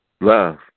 Love